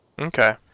okay